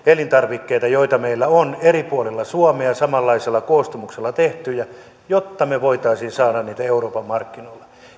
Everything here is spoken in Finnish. elintarvikkeita joita meillä on eri puolilla suomea samanlaisella koostumuksella tehtyjä jotta me voisimme saada niitä euroopan markkinoille